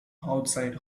outside